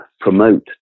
promote